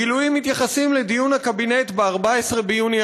הגילויים מתייחסים לדיון הקבינט ב-14 ביוני